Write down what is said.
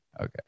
Okay